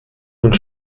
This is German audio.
und